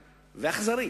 ואכזרי,